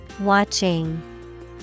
Watching